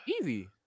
easy